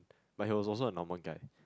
but he was also a normal guy